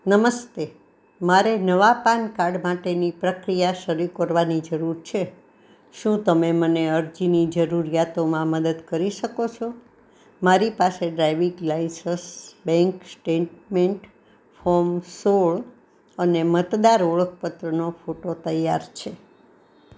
નમસ્તે મારે નવા પાનકાડ માટેની પ્રક્રિયા શરૂ કરવાની જરૂર છે શું તમે મને અરજીની જરૂરિયાતોમાં મદદ કરી શકો સો મારી પાસે driving licence bank statement form સોળ અને મતદાર ઓળખપત્રનો ફોટો તૈયાર છે